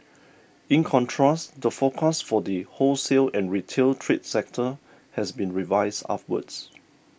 in contrast the forecast for the wholesale and retail trade sector has been revised upwards